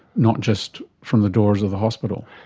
not just from the doors of the hospital.